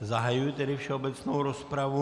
Zahajuji tedy všeobecnou rozpravu.